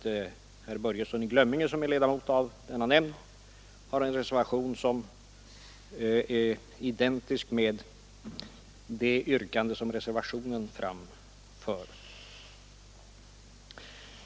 Herr Börjesson i Glömminge, som är ledamot av nämnden, har i en reservation ett yttrande som är identiskt med det yrkande som reservationen framför.